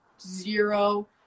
zero